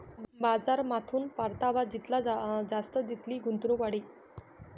बजारमाथून परतावा जितला जास्त तितली गुंतवणूक वाढी